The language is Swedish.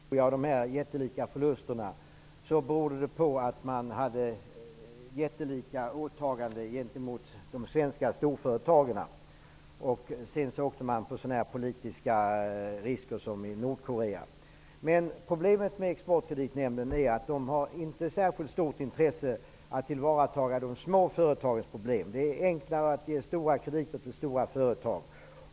Fru talman! Ser man på Exportkreditnämndens historia framgår det att de jättelika förlusterna berodde på de jättelika åtagandena gentemot de svenska storföretagen. Vidare åkte nämnden på politiska risker som t.ex. Nordkorea. Men problemet med Exportkreditnämnden är att nämnden inte har särskilt stort intresse av att ta till vara de små företagens problem. Det är enklare att ge stora krediter till stora företag.